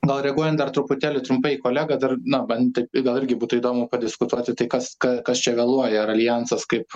gal reaguojant dar truputėlį trumpai kolega dar na bent gal irgi būtų įdomu padiskutuoti tai kas ka kas čia vėluoja ar aljansas kaip